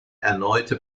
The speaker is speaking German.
erneute